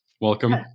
welcome